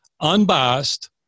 unbiased